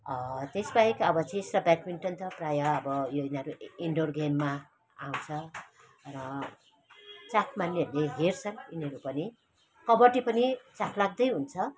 त्यस बाहेक अब चेस र ब्याडमिन्टन त प्रायः अब यो यिनीहरू इन्डोर गेममा आउँछ र चाख मान्नेहरूले हेर्छन् यिनीहरू पनि कबड्डी पनि चाखलाग्दै हुन्छ